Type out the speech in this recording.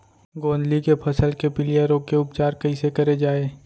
गोंदली के फसल के पिलिया रोग के उपचार कइसे करे जाये?